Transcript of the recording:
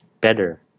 better